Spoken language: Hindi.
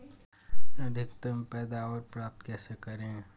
अधिकतम पैदावार प्राप्त कैसे करें?